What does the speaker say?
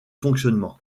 fonctionnement